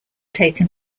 taken